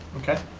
okay.